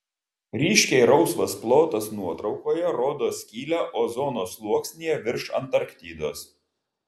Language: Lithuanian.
ryškiai rausvas plotas nuotraukoje rodo skylę ozono sluoksnyje virš antarktidos